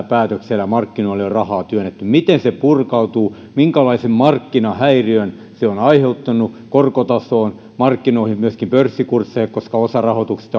päätöksellä markkinoille on työnnetty miten se purkautuu minkälaisen markkinahäiriön se on aiheuttanut korkotasoon markkinoihin myöskin pörssikursseihin koska osa rahoituksesta